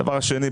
הדבר השני.